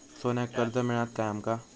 सोन्याक कर्ज मिळात काय आमका?